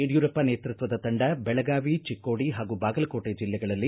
ಯಡಿಯೂರಪ್ಪ ನೇತೃತ್ವದ ತಂಡ ಬೆಳಗಾವಿ ಚಿಕ್ಕೋಡಿ ಹಾಗೂ ಬಾಗಲಕೋಟೆ ಬೆಲ್ಲೆಗಳಲ್ಲಿ